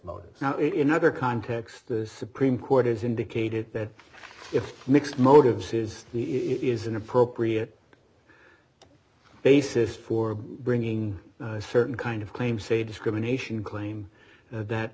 motives now in other contexts the supreme court has indicated that if mixed motives says it is inappropriate basis for bringing a certain kind of claim say discrimination claim that